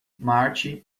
marte